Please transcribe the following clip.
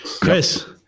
Chris